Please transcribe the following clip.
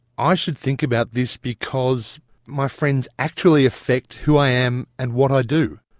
i should think about this because my friends actually affect who i am and what i do.